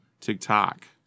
TikTok